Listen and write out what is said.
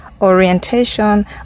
orientation